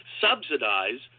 subsidize